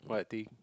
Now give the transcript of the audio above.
what thing